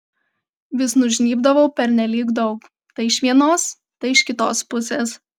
vis nužnybdavau pernelyg daug tai iš vienos tai iš kitos pusės